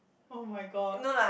oh-my-god